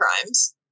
crimes